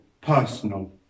personal